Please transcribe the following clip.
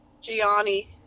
Gianni